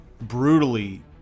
brutally